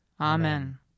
Amen